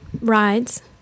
rides